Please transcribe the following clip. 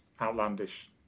outlandish